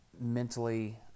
mentally